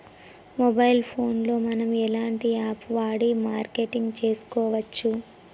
Mobile phone లో మనం ఎలాంటి యాప్ వాడి మార్కెటింగ్ తెలుసుకోవచ్చు?